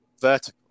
vertical